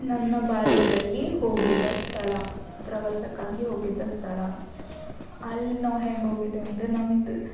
ನನ್ನ ಬಾಲ್ಯದಲ್ಲಿ ಹೋಗಿದ್ದ ಸ್ಥಳ ಪ್ರವಾಸಕ್ಕಾಗಿ ಹೋಗಿದ್ದ ಸ್ಥಳ ಅಲ್ಲಿ ನಾವು ಹ್ಯಾಂಗ ಹೋಗಿದೇವಂದ್ರ ನಮ್ದು